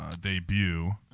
debut